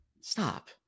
Stop